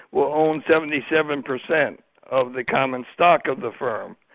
will own seventy seven percent of the common stock of the firm.